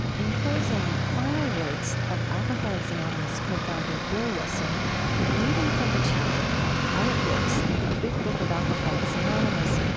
in closing, final words of alcoholics anonymous co-founder bill wilson reading from the chapter called how it works, in the big book of alcoholics anonymous.